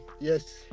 Yes